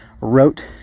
wrote